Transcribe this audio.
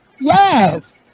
yes